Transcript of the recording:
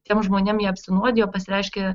tiem žmonėm jie apsinuodijo pasireiškė